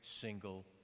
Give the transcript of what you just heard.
single